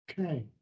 Okay